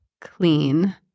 clean